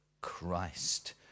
Christ